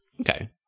okay